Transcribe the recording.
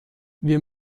wir